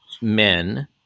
men